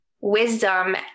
wisdom